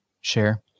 share